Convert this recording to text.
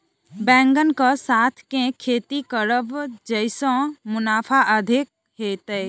बैंगन कऽ साथ केँ खेती करब जयसँ मुनाफा अधिक हेतइ?